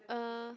uh